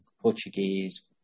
Portuguese